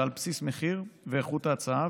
אלא על בסיס מחיר ואיכות ההצעה,